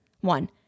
one